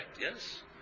Yes